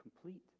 complete